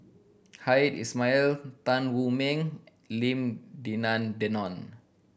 Hamed Ismail Tan Wu Meng Lim Denan Denon